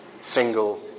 single